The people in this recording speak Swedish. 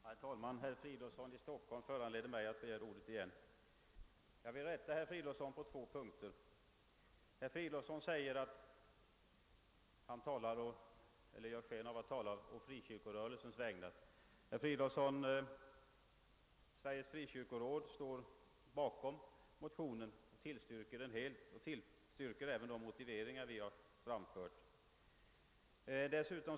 Herr talman! Herr Fridolfsson i Stockholm föranledde mig att ånyo begära ordet. Jag vill rätta honom på två punkter. Herr Fridolfsson säger att han talar å frikyrkorörelsens vägnar — i varje fall gör han sken av att så är fallet. Sveriges frikyrkoråd står bakom motionen och tillstyrker den helt liksom även de motiveringar vi har framfört.